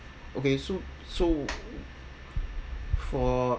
okay so so for